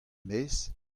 maez